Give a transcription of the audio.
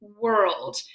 world